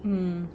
mm